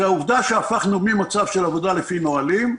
זה העובדה שהפכנו ממצב של עבודה לפי נהלים,